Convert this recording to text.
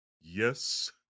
Yes